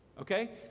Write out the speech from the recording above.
Okay